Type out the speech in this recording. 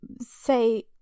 say